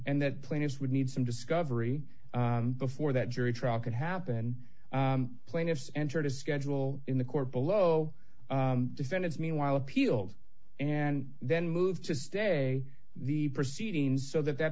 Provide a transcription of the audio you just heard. and that plaintiffs would need some discovery before that jury trial could happen plaintiffs entered a schedule in the court below defendants meanwhile appealed and then move to stay the proceedings so that that